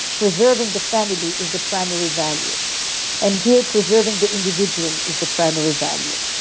preserving the family is the primary value and here, preserving the individual is the primary value.